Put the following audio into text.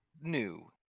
New